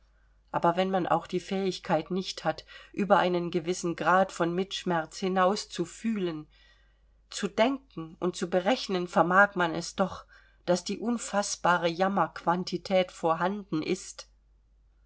aber wenn man auch die fähigkeit nicht hat über einen gewissen grad von mitschmerz hinaus zu fühlen zu denken und zu berechnen vermag man es doch daß die unfaßbare jammerquantität vorhanden ist